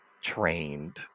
trained